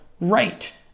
right